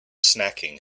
snacking